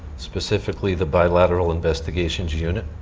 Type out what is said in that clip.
specifically the bilateral investigations unit.